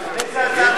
אני מציע, בבקשה,